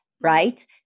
right